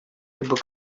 либо